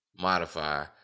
Modify